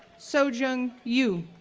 sojung yoo,